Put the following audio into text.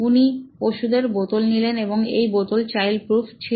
উনি ওষুধের বোতল নিলেন এবং এই বোতল চাইল্ড প্রুফ ছিল